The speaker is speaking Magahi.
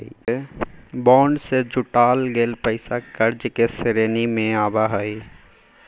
बॉन्ड से जुटाल गेल पैसा कर्ज के श्रेणी में आवो हइ